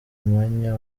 mwanya